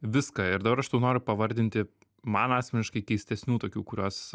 viską ir dabar aš tau noriu pavardinti man asmeniškai keistesnių tokių kuriuos